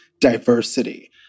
diversity